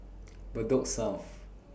Bedok South